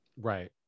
right